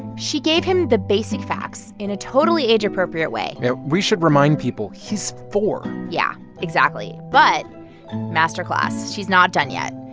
she gave him the basic facts in a totally age-appropriate way yeah. we should remind people he's four point yeah, exactly. but masterclass she's not done yet.